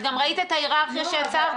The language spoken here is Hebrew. ראית את ההיררכיה שיצרתי?